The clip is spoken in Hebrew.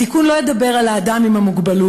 התיקון לא ידבר על האדם עם המוגבלות,